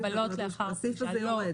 והסעיף הזה יורד?